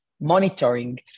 monitoring